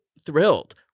thrilled